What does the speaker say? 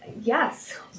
Yes